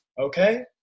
okay